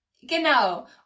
Genau